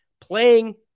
playing